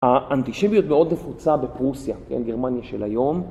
האנטישמיות מאוד נפוצה בפרוסיה, בגרמניה של היום.